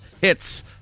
hits